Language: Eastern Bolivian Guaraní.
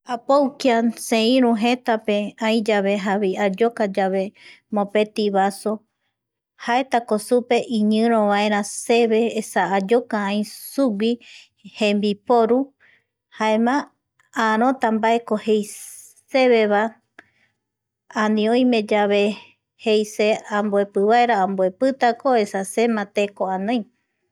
Apou kia seiru jetape ai yave jare ayokayave mopeti vaso jaetako supe iñirovaera seve esa ayoka ai sugui jembiporu jaema arota mbaeko jei oi seve vae ani oimeyave jei se amboepivaera amboepita esa emako teko anoi